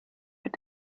mit